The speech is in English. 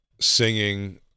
singing